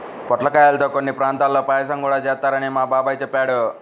పొట్లకాయల్తో కొన్ని ప్రాంతాల్లో పాయసం గూడా చేత్తారని మా బాబాయ్ చెప్పాడు